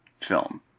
film